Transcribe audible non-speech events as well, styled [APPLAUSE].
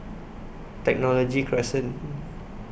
Technology Crescent [HESITATION]